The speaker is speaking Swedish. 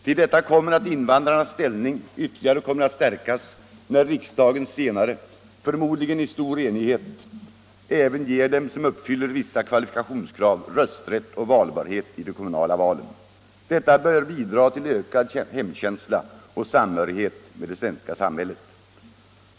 Därutöver kommer ju invandrarnas ställning ytterligare att stärkas när riksdagen senare — förmodligen i stor enighet — även ger dem som uppfyller vissa kvalifikationskrav rösträtt och valbarhet i de kommunala valen. Detta bör bidra till ökad hemkänsla och samhörighet med det svenska samhället.